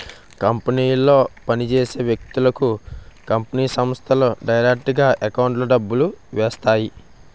కంపెనీలో పని చేసే వ్యక్తులకు కంపెనీ సంస్థలు డైరెక్టుగా ఎకౌంట్లో డబ్బులు వేస్తాయి